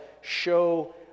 show